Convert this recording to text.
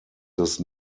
this